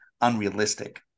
unrealistic